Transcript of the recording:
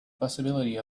possibility